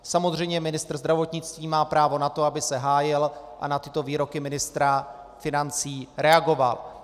Samozřejmě ministr zdravotnictví má právo na to, aby se hájil a na tyto výroky ministra financí reagoval.